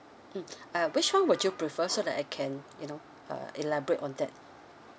mm uh which one would you prefer so that I can you know uh elaborate on that